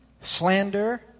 slander